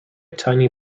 tiny